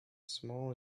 small